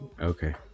Okay